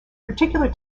particular